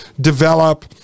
develop